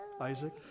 Isaac